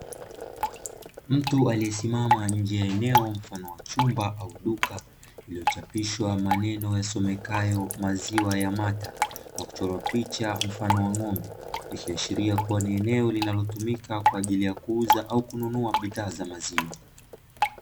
Mtu aliyesimama nje ya eneo mfano wa chumba au duka, lililochapishwa maneno yasomekayo maziwa YAMATA" na kuchorwa picha ya ng'ombe. Ikiashiria ni eneo linalotumika kwa ajili ya kuuza au kununua bidhaa za maziwa.